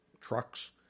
trucks